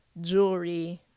jewelry